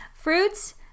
Fruits